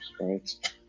right